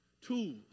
tools